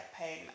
pain